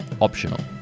optional